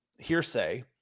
hearsay